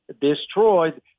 destroyed